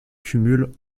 cumul